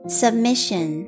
submission